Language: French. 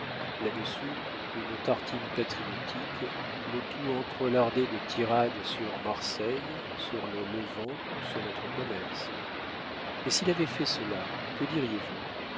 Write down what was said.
là-dessus une tartine patriotique le tout entrelardé de tirades sur marseille sur le levant sur notre commerce mais s'il avait fait cela que diriez-vous